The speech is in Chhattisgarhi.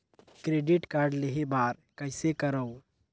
क्रेडिट कारड लेहे बर कइसे करव?